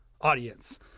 audience